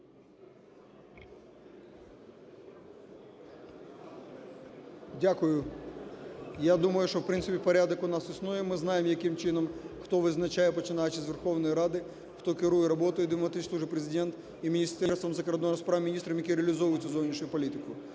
Дякую. Я думаю, що, в принципі, порядок у нас існує. Ми знаємо, яким чином, хто визначає, починаючи з Верховної Ради, хто керує роботою дипломатичної служби, Президент, і Міністерством закордонних справ, міністром, які реалізовують цю зовнішню політику.